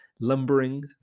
lumbering